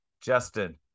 Justin